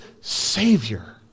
Savior